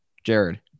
Jared